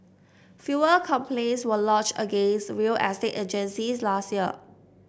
fewer complaints were lodged against real estate agencies last year